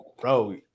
Bro